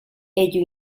ello